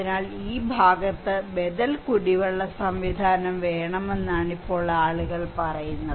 അതിനാൽ ഈ ഭാഗത്ത് ബദൽ കുടിവെള്ളം വേണമെന്നാണ് ഇപ്പോൾ ആളുകൾ പറയുന്നത്